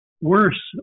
worse